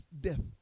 death